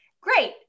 Great